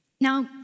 Now